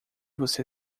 você